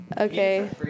Okay